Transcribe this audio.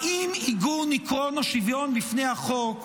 האם עיגון עקרון השוויון בפני החוק,